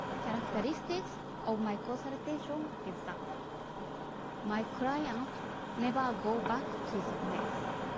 characteristics of my consultation is thus my clients never go back to the mess